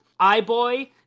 iBoy